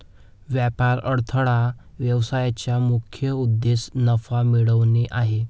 व्यापार अडथळा व्यवसायाचा मुख्य उद्देश नफा मिळवणे आहे